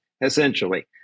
essentially